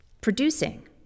producing